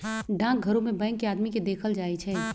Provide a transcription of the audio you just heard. डाकघरो में बैंक के आदमी के देखल जाई छई